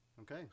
Okay